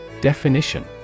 Definition